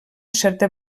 certa